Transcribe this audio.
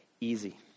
easy